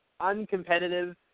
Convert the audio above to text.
uncompetitive